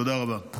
תודה רבה.